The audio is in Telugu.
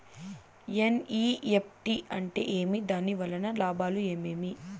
ఎన్.ఇ.ఎఫ్.టి అంటే ఏమి? దాని వలన లాభాలు ఏమేమి